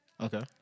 Okay